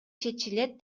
чечилет